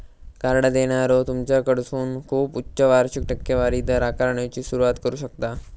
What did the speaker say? card देणारो तुमच्याकडसून खूप उच्च वार्षिक टक्केवारी दर आकारण्याची सुरुवात करू शकता